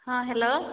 ହଁ ହ୍ୟାଲୋ